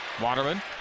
Waterman